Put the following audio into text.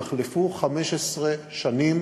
יחלפו 15 שנים,